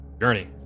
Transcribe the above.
journey